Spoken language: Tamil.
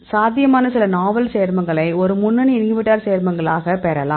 சாத்தியமான சில நாவல் சேர்மங்களை ஒரு முன்னணி இன்ஹிபிட்டார் சேர்மங்களாகப் பெறலாம்